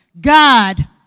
God